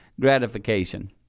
gratification